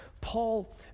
Paul